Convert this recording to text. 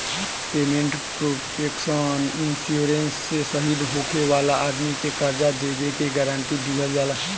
payment protection insurance से शहीद होखे वाला आदमी के कर्जा देबे के गारंटी दीहल जाला